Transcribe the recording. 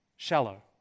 shallow